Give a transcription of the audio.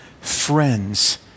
friends